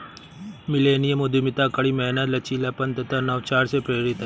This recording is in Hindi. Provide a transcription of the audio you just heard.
मिलेनियम उद्यमिता कड़ी मेहनत, लचीलापन तथा नवाचार से प्रेरित है